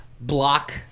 block